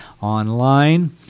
online